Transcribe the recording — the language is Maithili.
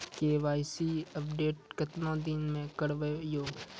के.वाई.सी अपडेट केतना दिन मे करेबे यो?